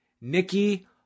Nikki